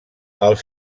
els